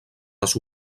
les